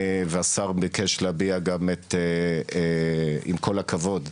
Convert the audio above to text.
והשר ביקש להביע גם את, עם כל הכבוד,